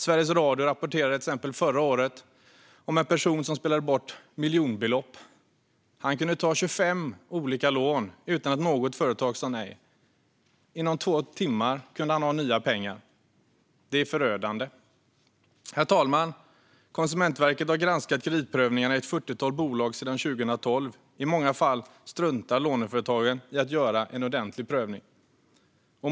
Sveriges Radio rapporterade till exempel förra året om en person som spelade bort miljonbelopp. Han kunde ta 25 olika lån utan att något företag sa nej. Inom två timmar kunde han ha nya pengar. Det är förödande. Herr talman! Konsumentverket har granskat kreditprövningarna i ett fyrtiotal bolag sedan 2012. I många fall struntar låneföretagen i att göra en ordentlig prövning.